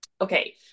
Okay